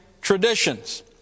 traditions